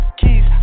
keys